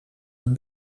het